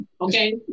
okay